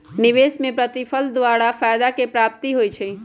निवेश में प्रतिफल द्वारा फयदा के प्राप्ति होइ छइ